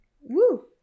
Woo